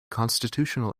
constitutional